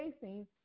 facing